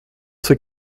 c’est